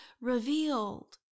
revealed